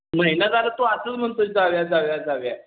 महिना झालं तू असंच म्हणतो आहेस जाऊया जाऊया जाऊया